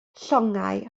llongau